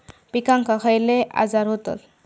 पिकांक खयले आजार व्हतत?